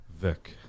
Vic